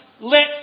let